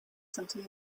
something